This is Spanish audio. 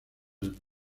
del